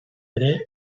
ere